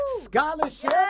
Scholarship